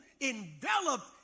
enveloped